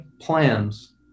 plans